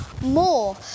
more